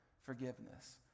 forgiveness